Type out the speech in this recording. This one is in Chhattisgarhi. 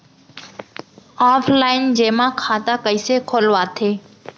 ऑफलाइन जेमा खाता कइसे खोलवाथे?